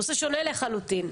נושא שונה לחלוטין.